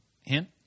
Hint